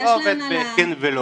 זה לא עובד בכן ולא.